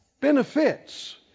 Benefits